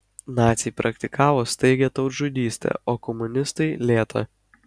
naciai praktikavo staigią tautžudystę o komunistai lėtą